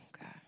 God